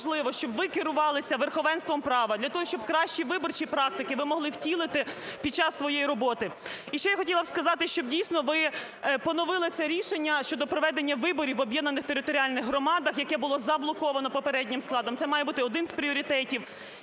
ви керувалися верховенством права, для того щоб кращі виборчі практики ви могли втілити під час своєї роботи. І ще я хотіла б сказати, щоб, дійсно, ви поновили це рішення щодо проведення виборів в об'єднаних територіальних громадах, яке було заблоковано попереднім складом, це має бути одним з пріоритетів.